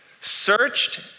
searched